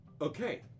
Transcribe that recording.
Okay